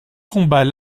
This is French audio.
combat